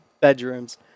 bedrooms